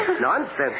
Nonsense